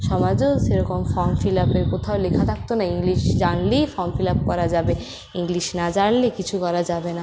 সমাজেও সেরকম form fill আপের কোথাও লেখা থাকতো না ইংলিশ জানলেই ফর্ম ফিল আপ করা যাবে ইংলিশ না জানলে কিছু করা যাবে না